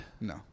no